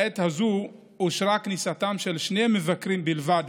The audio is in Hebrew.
בעת הזאת אושרה כניסתם של שני מבקרים בלבד,